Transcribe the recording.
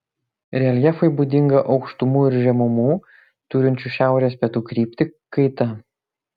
reljefui būdinga aukštumų ir žemumų turinčių šiaurės pietų kryptį kaita